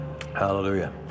Hallelujah